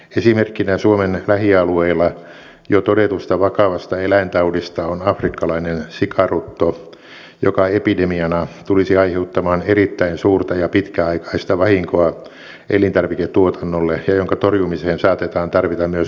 esimerkkinä suomen lähialueilla jo todetusta vakavasta eläintaudista on afrikkalainen sikarutto joka epidemiana tulisi aiheuttamaan erittäin suurta ja pitkäaikaista vahinkoa elintarviketuotannolle ja jonka torjumiseen saatetaan tarvita myös ulkoista apua